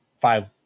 five